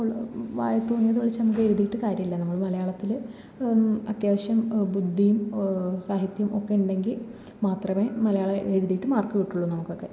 വായിൽ തോന്നിയത് വിളിച്ചെഴുതിയിട്ട് കാര്യമില്ല നമ്മൾ മലയാളത്തിൽ അത്യാവശ്യം ബുദ്ധിയും സാഹിത്യം ഒക്കെ ഉണ്ടെങ്കിൽ മാത്രമേ മലയാളം എഴുതിയിട്ട് മാർക്ക് കിട്ടുകയുള്ളു നമുക്ക് ഒക്കെ